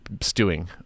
stewing